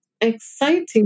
Exciting